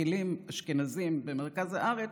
משכילים אשכנזים במרכז הארץ,